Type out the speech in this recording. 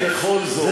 זה